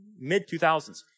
mid-2000s